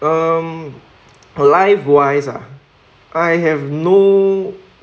um life wise ah I have no